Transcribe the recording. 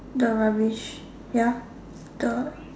the rubbish ya the